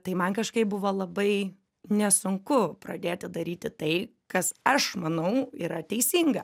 tai man kažkaip buvo labai nesunku pradėti daryti tai kas aš manau yra teisinga